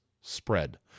spread